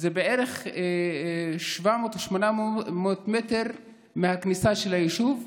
בערך 700 או 800 מטר מהכניסה של היישוב.